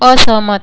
असहमत